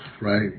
right